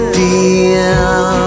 deal